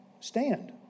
stand